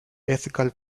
ethical